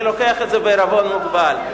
אני לוקח את זה בעירבון מוגבל.